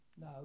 No